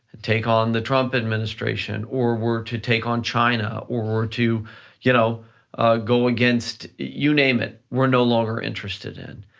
take on the trump administration, or we're to take on china or or to you know ah go against, you name it, we're no longer interested in.